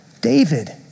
David